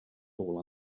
pool